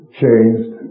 changed